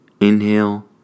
Inhale